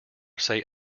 say